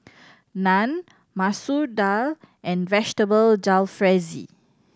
Naan Masoor Dal and Vegetable Jalfrezi